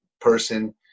person